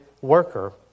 worker